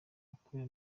wakuye